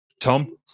Tom